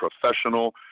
professional